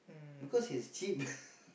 because it's cheap